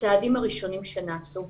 הצעדים הראשונים שנעשו.